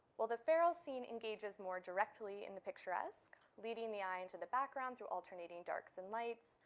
well, the ferrell scene engages more directly in the picturesque leading the eye into the background through alternating darks and lights,